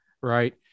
right